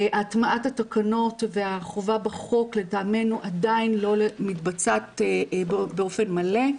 הטמעת התקנות והחובה בחוק לטעמנו עדיין לא מתבצעת באופן מלא.